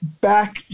back